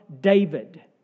David